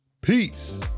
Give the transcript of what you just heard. peace